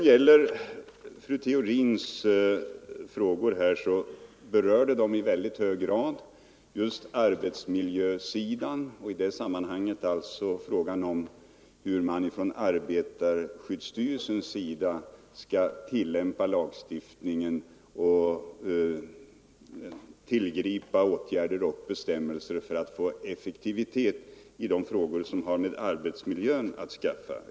Fru Theorins frågor gäller i mycket hög grad just arbetsmiljösidan, bl.a. en fråga om hur man från arbetarskyddsstyrelsens sida skall tillämpa lagstiftningen, vidta åtgärder och utfärda bestämmelser för att skapa effektivitet i arbetet som har med arbetsmiljön att skaffa.